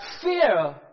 fear